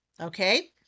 okay